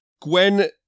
Gwen